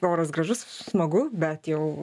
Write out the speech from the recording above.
oras gražus smagu bet jau